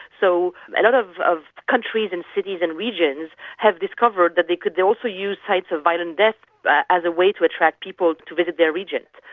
so a lot of of countries and cities and regions have discovered that they could also use sites of violent death as a way to attract people to visit their regions.